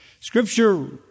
Scripture